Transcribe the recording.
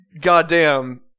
goddamn